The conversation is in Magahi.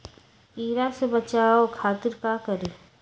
कीरा से बचाओ खातिर का करी?